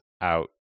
out